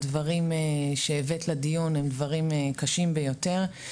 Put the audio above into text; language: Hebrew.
הדברים שהבאת לדיון הם דברים קשים ביותר.